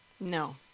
No